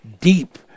deep